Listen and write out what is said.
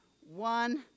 one